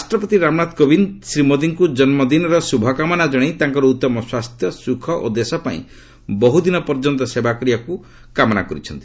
ରାଷ୍ଟ୍ରପତି ରାମନାଥ କୋବିନ୍ଦ ଶ୍ରୀ ମୋଦିଙ୍କୁ ଜନ୍ମଦିନର ଶୁଭକାମନା ଜଣାଇ ତାଙ୍କର ଉତ୍ତମ ସ୍ୱାସ୍ଥ୍ୟ ସୁଖ ଓ ଦେଶପାଇଁ ବହୁଦିନ ପର୍ଯ୍ୟନ୍ତ ସେବା କରିବାକୁ କାମନା କରିଛନ୍ତି